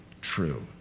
true